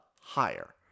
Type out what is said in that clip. higher